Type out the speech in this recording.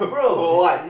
oh what